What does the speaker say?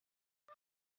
for